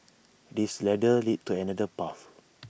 this ladder leads to another path